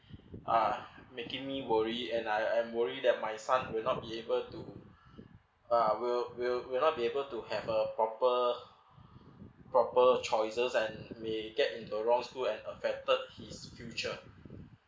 uh making me worry and I am worried that my son will not be able to uh will will will not be able to have a proper proper choices and may get into wrong school and affected his future